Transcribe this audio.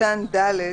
קטן (ד)